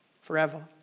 forever